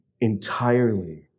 entirely